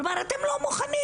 כלומר, אתם לא מוכנים.